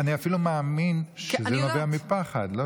אני אפילו מאמין שזה נובע מפחד.